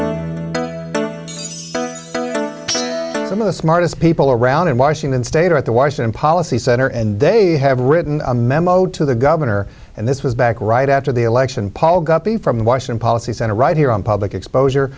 some of the smartest people around in washington state are at the washington policy center and they have written a memo to the governor and this was back right after the election paul guppy from the washington policy center right here on public exposure